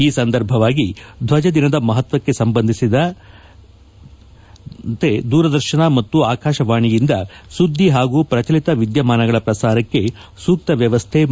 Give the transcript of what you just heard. ಈ ಸಂದರ್ಭದಲ್ಲಿ ಧ್ವಜ ದಿನದ ಮಹತ್ವಕ್ಕೆ ಸಂಬಂಧಿಸಿದಂತೆ ದೂರದರ್ಶನ ಮತ್ತು ಆಕಾಶವಾಣಿಯಿಂದ ಸುದ್ದಿ ಹಾಗೂ ಪ್ರಚಲಿತ ವಿದ್ಯಮಾನಗಳ ಪ್ರಸಾರಕ್ಕೆ ಸೂಕ್ತ ವ್ಯವಸ್ಥೆ ಮಾಡಲಾಗಿದೆ